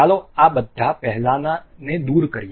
ચાલો આ બધા પહેલાનાં ને દૂર કરીએ